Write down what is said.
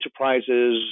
enterprises